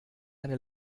eine